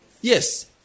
Yes